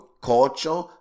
culture